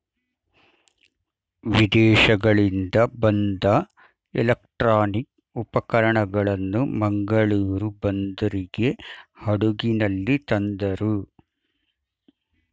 ವಿದೇಶಗಳಿಂದ ಬಂದ ಎಲೆಕ್ಟ್ರಾನಿಕ್ ಉಪಕರಣಗಳನ್ನು ಮಂಗಳೂರು ಬಂದರಿಗೆ ಹಡಗಿನಲ್ಲಿ ತಂದರು